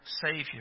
Savior